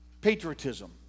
Patriotism